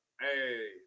Hey